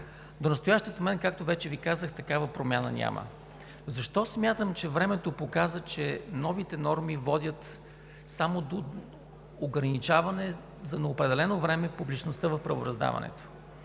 До настоящия момент, както вече Ви казах, такава промяна няма. Защо смятам, че времето показа, че новите норми водят само до ограничаване за неопределено време публичността в правораздаването?